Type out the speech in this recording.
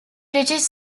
british